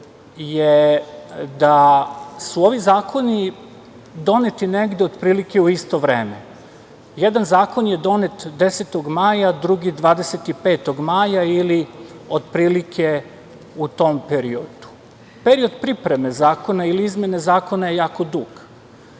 je da su ovi zakoni doneti negde otprilike u isto vreme. Jedan zakon je donet 10. maja, drugi 25. maja ili otprilike u tom periodu. Period pripreme zakona ili izmena zakona je jako dug